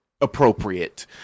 appropriate